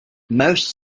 most